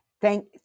Thank